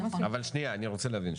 אבל אני רוצה להבין.